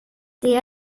det